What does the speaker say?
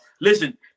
listen